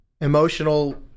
Emotional